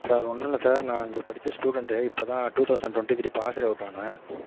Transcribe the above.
sir ஒன்றுல்ல sir நான் இங்கே படிச்ச ஸ்டூடண்ட்டு இப்போ தான் two thousand twenty three passed அவுட்டானேன்